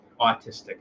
autistic